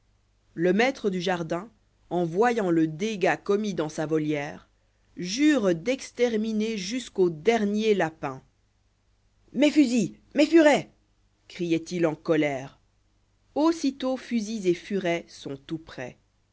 le maître du jardin en voyant le dégât commis dans sa volière jure d'exterminer jusqu'au dernier lapin mes fusils mes furets crioit u en colère aussitôt fusils et furets sont tout prêts